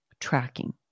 tracking